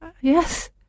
Yes